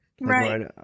Right